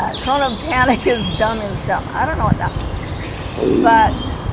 ah corona um panic is dumb is dumb i don't know what that means but